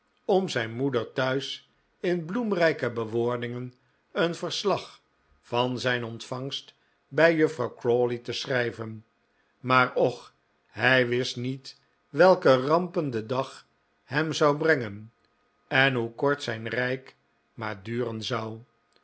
om zijn moeder thuis in bloemrijke bewoordingen een verslag van zijn ontvangst bij juffrouw crawley te schrijven maar och hij wist niet welke rampen de dag hem zou brengen en hoe kort zijn rijk maar duren zou